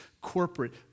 corporate